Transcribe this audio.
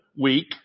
week